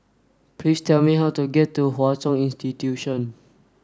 please tell me how to get to Hwa Chong Institution